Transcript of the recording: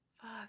Fuck